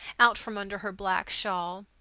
out from under her black shawl.